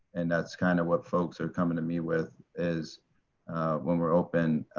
and that's kind of what folks are coming to me with is when we're open,